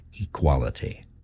equality